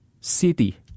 city